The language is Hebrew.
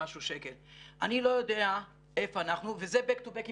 אני לא יודע איפה אנחנו וזה back to back עם